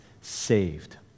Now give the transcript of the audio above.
saved